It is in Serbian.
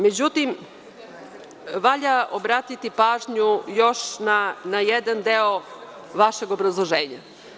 Međutim, valja obratiti pažnju još na jedan deo vašeg obrazloženja.